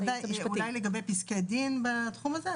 אולי לגבי פסקי דין בתחום הזה.